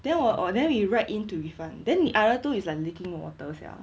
then 我我 then we write in to refund then other two is leaking water sia